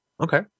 okay